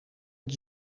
het